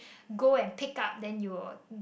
go and pick up then you'll